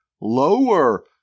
lower